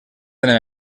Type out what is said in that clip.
tenen